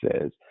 says